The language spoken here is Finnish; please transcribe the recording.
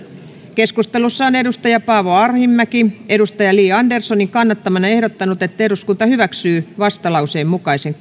keskustelussa on paavo arhinmäki li anderssonin kannattamana ehdottanut että eduskunta hyväksyy vastalauseen mukaisen